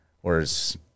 Whereas